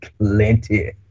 plenty